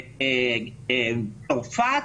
צרפת,